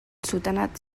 sultanat